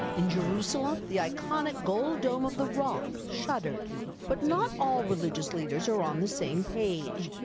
in jerusalem, the iconic gold dome of the rock shuttered but not all religious leaders are on the same page.